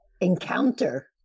encounter